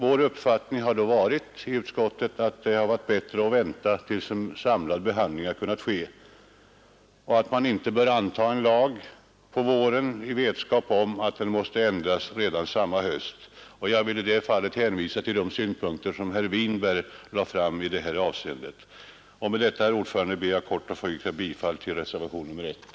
Vår uppfattning har därför varit att det är bättre att vänta tills en samlad bedömning kan göras än att anta en lag på våren i vetskap om att den måste ändras redan på hösten samma år. Jag vill i det sammanhanget hänvisa till de synpunkter som herr Winberg anförde, Med detta ber jag, herr talman, att få yrka bifall till reservationen 1.